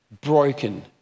broken